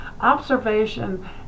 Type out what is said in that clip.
observation